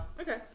Okay